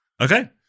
Okay